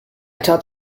taught